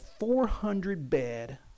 400-bed